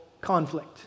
conflict